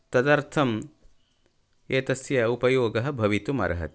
तदर्थम् एतस्य उपयोगः भवितुमर्हति